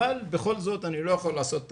אבל בכל זאת אני לא יכול לעשות הכול.